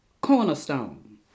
cornerstone